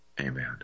Amen